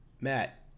Matt